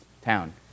town